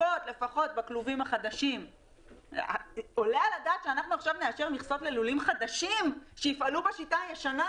עלה על הדעת שאנחנו עכשיו נאשר מכסות ללולים חדשים שיפעלו בשיטה הישנה?